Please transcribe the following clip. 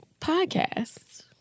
Podcasts